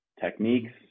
techniques